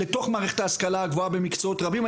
לתוך מערכת ההשכלה הגבוהה במקצועות רבים.